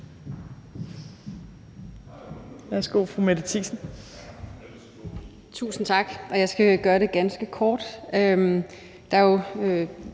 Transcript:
Tusind tak. Jeg skal gøre det ganske kort.